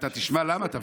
אתה תשמע למה, תבין.